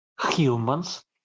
humans